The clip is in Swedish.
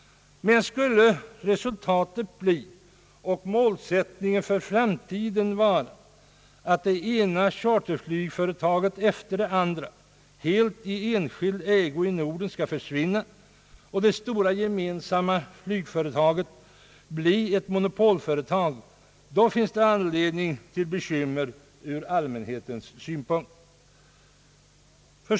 Men skulle resultatet bli och målsättningen för framtiden vara att det ena charterflygföretaget efter det andra helt i enskild ägo i Norden skall försvinna och det stora gemensamma flygföretaget bli ett monopolföretag, då finns det anledning till bekymmer ur allmänhetens synpunkt.